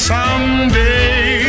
Someday